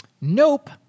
Nope